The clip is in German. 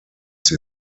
sie